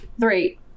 Three